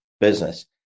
business